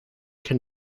can